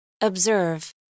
Observe